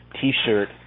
t-shirt